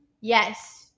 Yes